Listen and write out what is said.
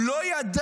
הוא לא ידע,